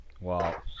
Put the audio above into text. Wow